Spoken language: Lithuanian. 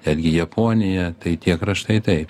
netgi japonija tai tie kraštai taip